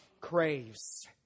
craves